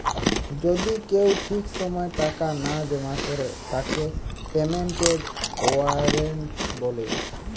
যদি কেউ ঠিক সময় টাকা না জমা করে তাকে পেমেন্টের ওয়ারেন্ট বলে